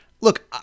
look